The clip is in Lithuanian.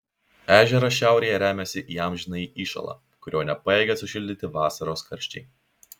ežeras šiaurėje remiasi į amžinąjį įšąlą kurio nepajėgia sušildyti vasaros karščiai